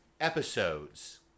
Episodes